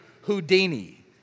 Houdini